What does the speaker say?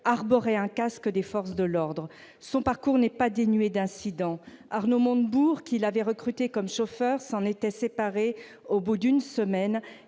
arborait un casque des forces de l'ordre. Son parcours n'est pas exempt d'incidents. Arnaud Montebourg, qui l'avait recruté comme chauffeur, s'en était séparé au bout d'une semaine,